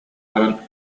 баран